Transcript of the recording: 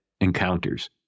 Encounters